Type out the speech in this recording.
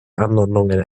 anordnungen